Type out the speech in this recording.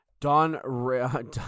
Don